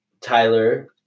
Tyler